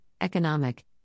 economic